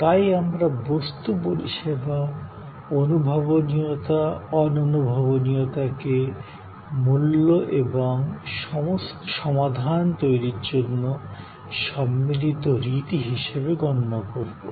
তাই আমরা বস্তু পরিষেবা স্পষ্টতা অদৃশ্যতা কে মূল্য এবং সমাধান তৈরির জন্য সম্মিলিত রীতি হিসাবে গণ্য করবো